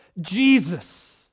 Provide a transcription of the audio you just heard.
Jesus